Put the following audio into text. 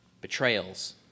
betrayals